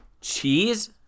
Cheese